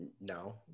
No